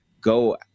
go